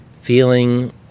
feeling